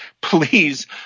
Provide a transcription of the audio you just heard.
Please